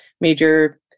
major